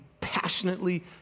passionately